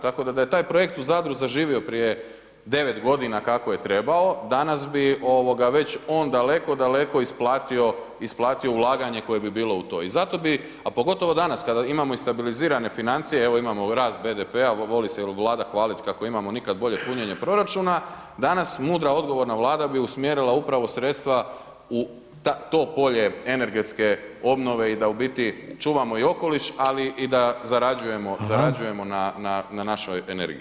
Tako da je taj projekt u Zadru zaživio prije 9 godina kako je trebao, danas bi već on daleko, daleko isplatio ulaganje koje bi bilo u to i zato bi, a pogotovo danas kada imamo i stabilizirane financije, evo, imamo rast BDP-a, voli se Vlada hvaliti kako imamo nikad bolje punjenje proračuna, danas mudra odgovorna Vlada bi usmjerila upravo sredstva u to polje energetske obnove i da u biti čuvamo i okoliš, ali i da zarađujemo na našoj energiji.